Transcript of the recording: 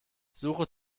suche